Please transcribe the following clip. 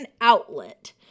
outlet